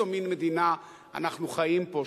באיזה מין מדינה אנחנו חיים פה.